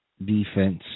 defense